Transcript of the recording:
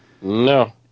No